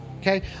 okay